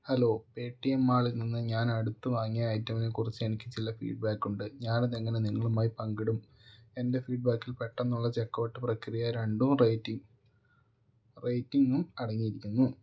hello Paytm മാളിൽ നിന്ന് ഞാനടുത്ത് വാങ്ങിയ ഐറ്റമിനെക്കുറിച്ച് എനിക്ക് ചില ഫീഡ്ബാക്കുണ്ട് ഞാനതെങ്ങനെ നിങ്ങളുമായി പങ്കിടും എൻറ്റെ ഫീഡ്ബാക്കിൽ പെട്ടെന്നുള്ള ചെക്കൗട്ട് പ്രക്രിയ രണ്ടും റേയ്റ്റിങ്ങും അടങ്ങിയിരിക്കുന്നു